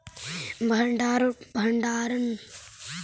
भण्डारण प्रबंधन के कमी के दूर करे लगी सरकार प्रयासतर हइ